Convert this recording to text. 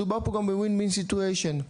מדובר פה גם ב-win-win situation ,